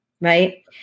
right